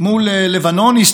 מעודדת